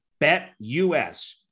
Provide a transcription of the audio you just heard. BetUS